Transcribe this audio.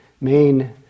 main